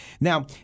Now